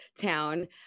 town